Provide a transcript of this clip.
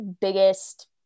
biggest